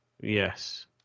Yes